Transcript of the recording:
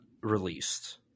released